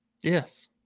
Yes